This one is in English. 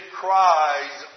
cries